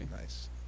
Nice